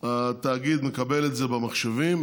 התאגיד מקבל את זה במחשבים,